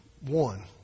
One